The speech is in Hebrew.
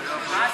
בבקשה.